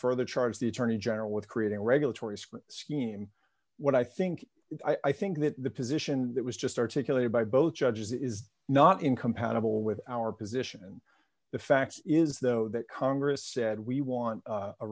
further charged the attorney general with creating a regulatory scheme what i think i think that the position that was just articulated by both judges is not incompatible with our position the fact is though that congress said we want a